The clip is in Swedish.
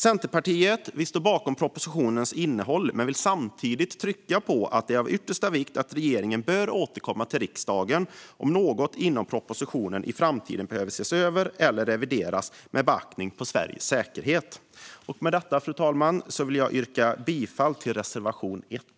Centerpartiet står bakom propositionens innehåll men vill samtidigt trycka på att det är av yttersta vikt att regeringen bör återkomma till riksdagen om något i propositionen i framtiden behöver ses över eller revideras med beaktande av Sveriges säkerhet. Fru talman! Med detta vill jag yrka bifall till reservation 1.